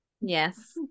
Yes